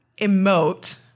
emote